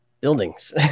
buildings